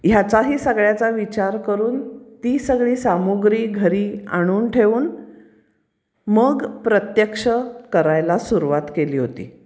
ह्याचाही सगळ्याचा विचार करून ती सगळी सामग्री घरी आणून ठेवून मग प्रत्यक्ष करायला सुरुवात केली होती